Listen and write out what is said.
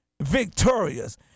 victorious